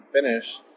finish